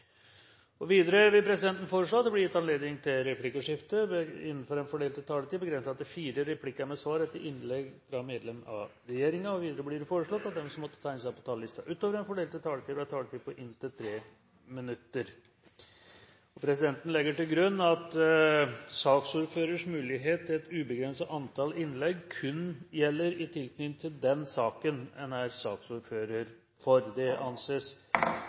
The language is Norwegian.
minutter. Videre vil presidenten foreslå at det blir gitt anledning til replikkordskifte på inntil fire replikker med svar etter innlegg fra medlem av regjeringen innenfor den fordelte taletid. Videre blir det foreslått at de som måtte tegne seg på talerlisten utover den fordelte taletid, får en taletid på inntil 3 minutter. Presidenten legger til grunn at saksordførerens mulighet til et ubegrenset antall innlegg kun gjelder i tilknytning til den saken en er saksordfører for. – Det anses